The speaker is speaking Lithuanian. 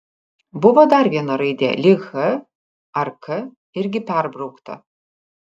buvo dar viena raidė lyg h ar k irgi perbraukta